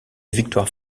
victoire